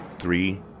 three